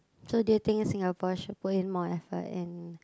so do you think Singapore should put in more effort in